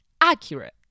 accurate